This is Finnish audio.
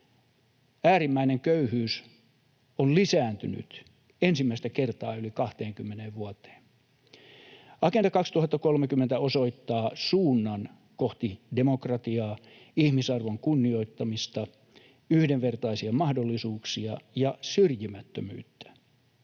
Äärimmäinen köyhyys on lisääntynyt ensimmäistä kertaa yli 20 vuoteen. Agenda 2030 osoittaa suunnan kohti demokratiaa, ihmisarvon kunnioittamista sekä yhdenvertaisia mahdollisuuksia ja syrjimättömyyttä,